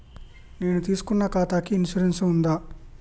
నేను తీసుకున్న ఖాతాకి ఇన్సూరెన్స్ ఉందా?